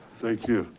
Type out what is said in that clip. thank you.